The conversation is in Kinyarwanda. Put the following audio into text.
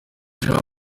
jean